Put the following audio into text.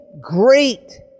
great